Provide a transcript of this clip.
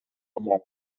among